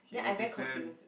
okay next question